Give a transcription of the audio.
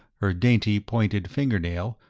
her dainty pointed fingernail,